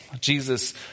Jesus